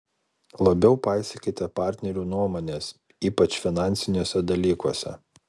labiau paisykite partnerių nuomonės ypač finansiniuose dalykuose